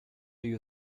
you